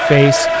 Face